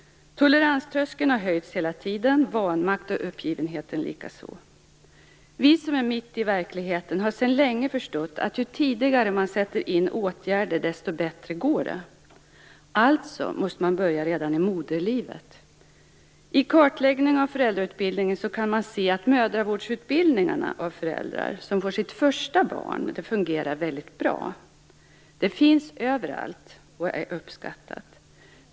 Toleranströskeln har höjts hela tiden, vanmakten och uppgivenheten likaså. Vi som befinner oss mitt i verkligheten har sedan länge förstått att ju tidigare man sätter in åtgärder, desto bättre går det. Alltså måste man börja redan i moderlivet. I kartläggningen av föräldrautbildningen kan man se att mödravårdsutbildningen för dem som får sitt första barn fungerar väldigt bra. Den finns överallt och är uppskattad.